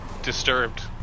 disturbed